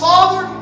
Father